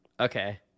okay